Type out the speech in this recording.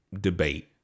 debate